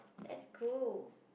that's cool